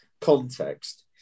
context